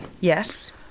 Yes